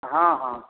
हॅं हॅं